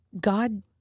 God